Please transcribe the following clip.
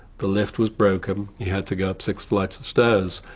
the lift was broken, he had to go up six flights of stairs,